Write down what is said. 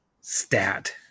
stat